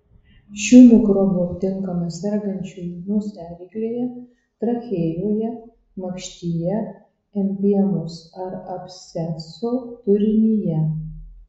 šių mikrobų aptinkama sergančiųjų nosiaryklėje trachėjoje makštyje empiemos ar absceso turinyje